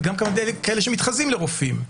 וגם כאלה שמתחזים לרופאים.